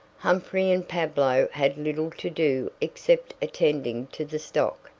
humphrey and pablo had little to do except attending to the stock,